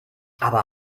aber